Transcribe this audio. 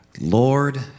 Lord